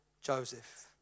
Joseph